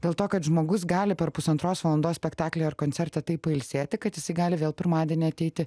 dėl to kad žmogus gali per pusantros valandos spektaklį ar koncertą taip pailsėti kad jis gali vėl pirmadienį ateiti